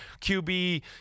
QB